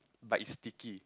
but it's sticky